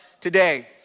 today